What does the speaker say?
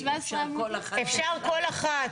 אפשר כל אחת.